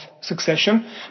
succession